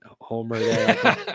homer